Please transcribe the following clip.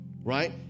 Right